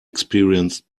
experienced